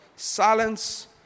silence